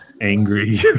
angry